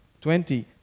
Twenty